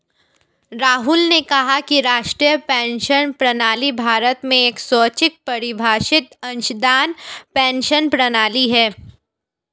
राहुल ने कहा कि राष्ट्रीय पेंशन प्रणाली भारत में एक स्वैच्छिक परिभाषित अंशदान पेंशन प्रणाली है